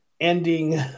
ending